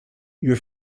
your